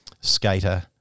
skater